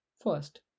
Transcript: First